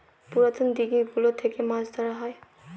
পুরাতন দিঘি গুলো থেকে মাছ ধরা হয়